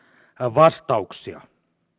vastauksia